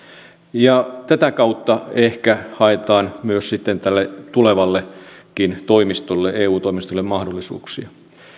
ja tätä kautta ehkä haetaan sitten tälle tulevallekin eu toimistolle mahdollisuuksia